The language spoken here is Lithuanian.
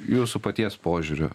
jūsų paties požiūriu